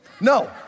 No